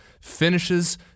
finishes